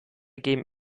geben